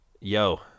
yo